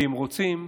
ואם רוצים,